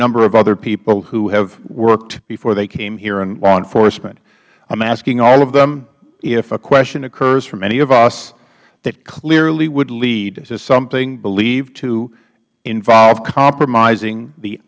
number of other people who have worked before they came here in law enforcement i am asking all of them if a question occurs from any of us that clearly would lead to something believed to involve compromising the